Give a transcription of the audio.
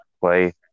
play